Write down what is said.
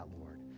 Lord